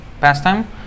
pastime